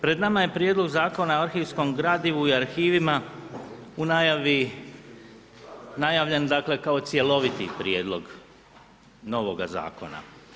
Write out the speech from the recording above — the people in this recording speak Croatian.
Pred nama je Prijedlog zakona o arhivskom gradivu i arhivima u najavi najavljen, dakle kao cjeloviti prijedlog novoga zakona.